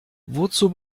wozu